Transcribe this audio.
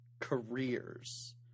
careers